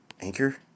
Anchor